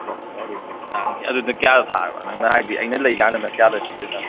ꯑꯁ ꯑꯗꯨꯗꯤ ꯇꯥꯡꯉꯤꯍꯦ ꯑꯗꯨꯅ ꯀꯌꯥꯗ ꯁꯥꯔꯕ ꯅꯪꯅ ꯍꯥꯏꯗꯤ ꯑꯩꯅ ꯂꯩꯀꯥꯟꯗꯅ ꯀꯌꯥꯗ ꯄꯤꯗꯣꯏꯅꯣ